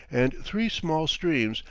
and three small streams,